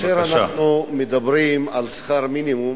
כאשר אנחנו מדברים על שכר מינימום,